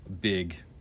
big